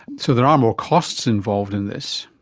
so there are more costs involved in this.